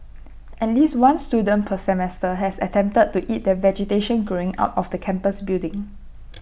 at least one student per semester has attempted to eat the vegetation growing out of the campus building